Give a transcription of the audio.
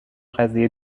قضیه